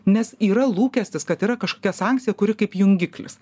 nes yra lūkestis kad yra kažkokia sankcija kuri kaip jungiklis